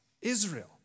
Israel